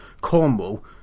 Cornwall